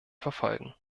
verfolgen